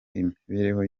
imbere